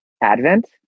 Advent